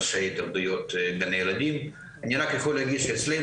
אני רק יכול לומר שאצלנו,